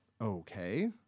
okay